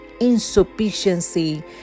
insufficiency